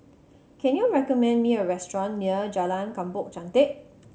can you recommend me a restaurant near Jalan Kampong Chantek